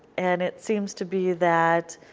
and it seems to be that